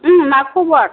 मा खबर